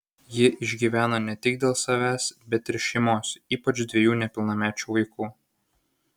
ji išgyvena ne tik dėl savęs bet ir šeimos ypač dviejų nepilnamečių vaikų